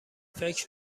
فکر